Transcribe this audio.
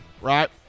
right